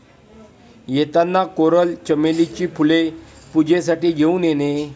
येताना कोरल चमेलीची फुले पूजेसाठी घेऊन ये